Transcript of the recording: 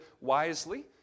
wisely